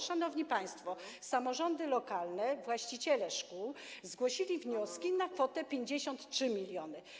Szanowni państwo, samorządy lokalne, właściciele szkół, zgłosiły wnioski na kwotę 53 mln.